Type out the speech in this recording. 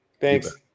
Thanks